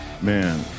Man